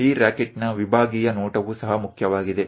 ಈ ರಾಕೆಟ್ನ ವಿಭಾಗೀಯ ನೋಟವೂ ಸಹ ಮುಖ್ಯವಾಗಿದೆ